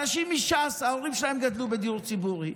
אנשים מש"ס, ההורים שלהם גדלו בדיור ציבורי,